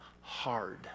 hard